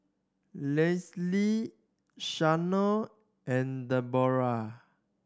Lesli Shanon and Debora